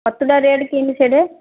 ଛତୁଟା ରେଟ୍ କିଇଁତି ସେଇଠେ